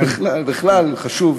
בכלל חשוב